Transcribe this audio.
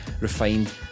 refined